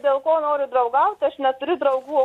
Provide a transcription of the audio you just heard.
dėl ko noriu draugaut aš neturiu draugų